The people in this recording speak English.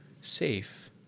safe